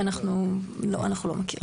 אנחנו לא מכירים.